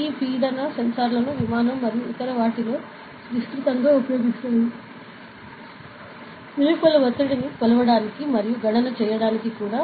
ఈ పీడన సెన్సార్లను విమానం మరియు ఇతర వాటిలో విస్తృతంగా ఉపయోగిస్తారు వెలుపల ఒత్తిడిని కొలవడానికి మరియు గణన చేయడానికి కూడా